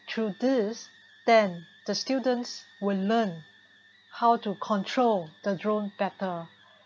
through this then the students will learn how to control the drone better